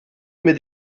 mir